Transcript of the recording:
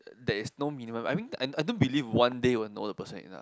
there is no minimum I mean I I don't believe one day you will know the person enough